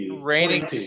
raining